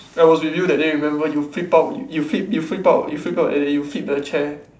I was with you that day remember you flip out you flip you flip out you flip out and then you flip the chair